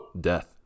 death